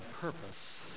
purpose